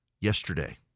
yesterday